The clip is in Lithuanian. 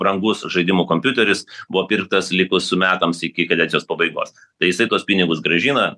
brangus žaidimų kompiuteris buvo pirktas likus metams iki kadencijos pabaigos tai jisai tuos pinigus grąžina